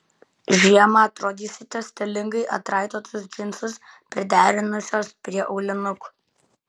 žiemą atrodysite stilingai atraitotus džinsus priderinusios prie aulinukų